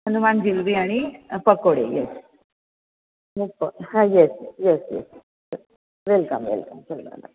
हनुमान जिलबी आणि पकोडे एस हां yes yes yes welcome welcome चल बाय